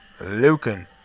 Lucan